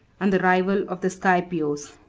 and the rival of the scipios.